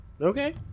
Okay